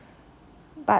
but